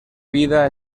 vida